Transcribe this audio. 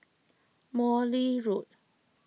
Morley Road